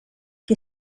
que